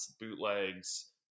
bootlegs